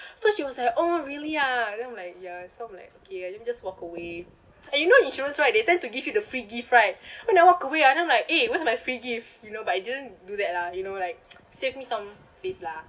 so she was like oh really ah then I'm like ya so I'm like okay and then just walk away and you know insurance right they tend to give you the free gift right when I walk away I don't like eh what's my free gift you know but I didn't do that lah you know like save me some face lah